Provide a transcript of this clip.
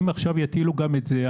אם יטילו עכשיו גם את זה,